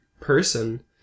person